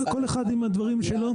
כל אחד עם הדברים שלו.